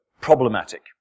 problematic